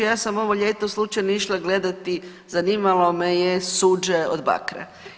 Ja sam ovo ljeto slučajno išla gledati, zanimalo me je suđe od bakra.